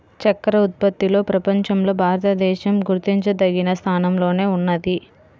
చక్కర ఉత్పత్తిలో ప్రపంచంలో భారతదేశం గుర్తించదగిన స్థానంలోనే ఉన్నది